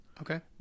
Okay